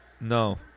No